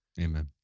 Amen